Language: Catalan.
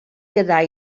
quedar